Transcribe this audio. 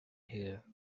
here